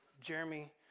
Jeremy